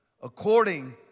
according